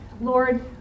Lord